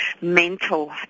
mental